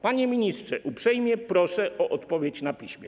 Panie ministrze, uprzejmie proszę o odpowiedź na piśmie.